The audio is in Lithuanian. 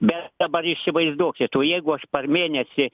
bet dabar įsivaizduokit o jeigu aš per mėnesį